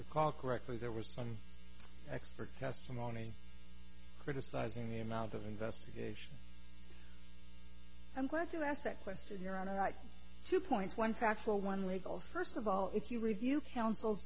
recall correctly there were some expert testimony criticizing the amount of investigation i'm glad you asked that question your honor not two points one factual one legal first of all if you review counsel